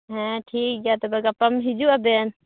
ᱦᱮᱸ ᱴᱷᱤᱠᱜᱮᱭᱟ ᱛᱚᱵᱮ ᱜᱟᱯᱟ ᱦᱤᱡᱩᱜ ᱟᱵᱮᱱ